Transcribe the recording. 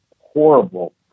horrible